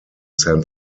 san